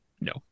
no